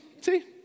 See